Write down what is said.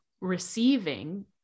receiving